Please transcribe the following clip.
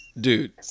dude